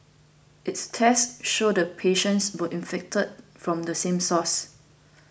its tests showed the patients were infected from the same source